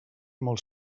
molt